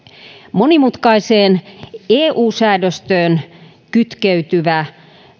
monimutkaiseen eu säädöstöön kytkeytyvä